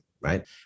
right